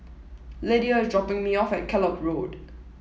Lyda is dropping me off at Kellock Road